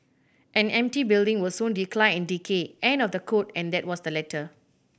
an empty building will soon decline and decay end of the quote and that was the letter